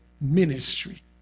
ministry